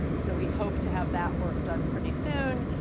so we hope to have that work done pretty soon.